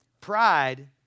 Pride